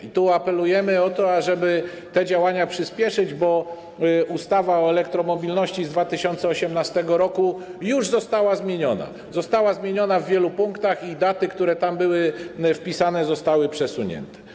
I tu apelujemy o to, ażeby te działania przyspieszyć, bo ustawa o elektromobilności z 2018 r. już została zmieniona - została ona zmieniona w wielu punktach - i daty, które tam były zapisane, zostały przesunięte.